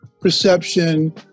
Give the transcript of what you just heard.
perception